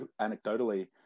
anecdotally